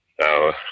Now